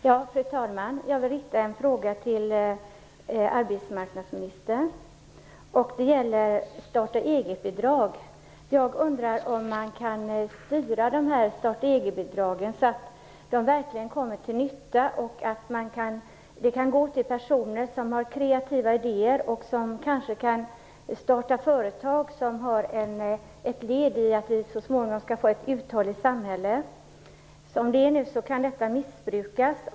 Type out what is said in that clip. Fru talman! Jag vill rikta en fråga till arbetsmarknadsministern. Det gäller starta-eget-bidrag. Jag undrar om man kan styra dessa bidrag så att de verkligen kommer till nytta och går till personer som har kreativa idéer och kanske kan starta företag som kan vara ett led i att vi så småningom får ett uthålligt samhälle. Som det är nu kan bidragen missbrukas.